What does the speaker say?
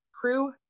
crew